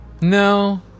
No